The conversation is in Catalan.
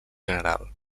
general